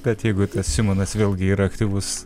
kad jeigu tas simonas vėlgi yra aktyvus